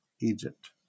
Egypt